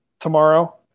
tomorrow